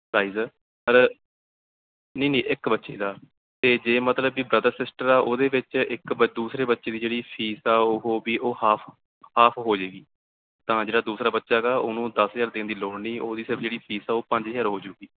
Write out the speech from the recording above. price ਪਰ ਨਹੀਂ ਨਹੀਂ ਇੱਕ ਬੱਚੇ ਦਾ ਅਤੇ ਜੇ ਮਤਲਬ ਵੀ ਬ੍ਰਦਰ ਸਿਸਟਰ ਆ ਉਹਦੇ ਵਿੱਚ ਇੱਕ ਦੂਸਰੇ ਬੱਚੇ ਦੀ ਜਿਹੜੀ ਫੀਸ ਆ ਉਹ ਵੀ ਉਹ ਹਾਫ ਹਾਫ ਹੋ ਜਾਏਗੀ ਤਾਂ ਜਿਹੜਾ ਦੂਸਰਾ ਬੱਚਾ ਗਾ ਉਹਨੂੰ ਦਸ ਹਜ਼ਾਰ ਦੇਣ ਦੀ ਲੋੜ ਨਹੀਂ ਉਹਦੀ ਸਿਰਫ਼ ਜਿਹੜੀ ਫੀਸ ਆ ਉਹ ਪੰਜ ਹਜ਼ਾਰ ਹੋਜੂਗੀ